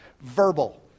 Verbal